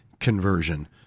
conversion